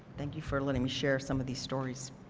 thank you for letting me share some of these stories.